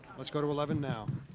let's go to eleven now.